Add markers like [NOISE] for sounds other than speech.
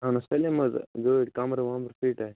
اہن حظ سٲلِم حظ ٲں گٲڑۍ کمرٕ وَمرٕ [UNINTELLIGIBLE]